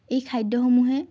এই খাদ্যসমূহে